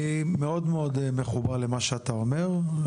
אני מאוד מחובר למה שאתה אומר.